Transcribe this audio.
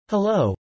Hello